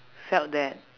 felt that